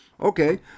okay